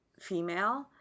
female